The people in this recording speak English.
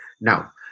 Now